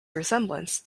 resemblance